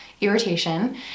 irritation